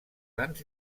grans